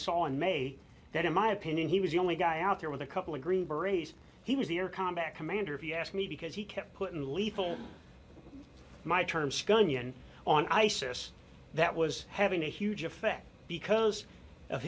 saw in may that in my opinion he was the only guy out there with a couple of green berets he was the air combat commander if you ask me because he kept putting lethal my term sky nion on isis that was having a huge effect because of